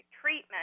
treatment